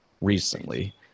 recently